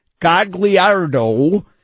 Gagliardo